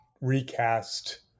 recast